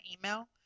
email